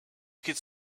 could